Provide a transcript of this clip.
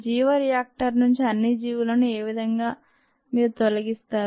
జీవ రియాక్టర్ నుంచి అన్ని జీవులను మీరు ఏవిధంగా తొలగిస్తారు